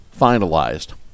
finalized